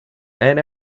and